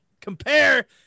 compare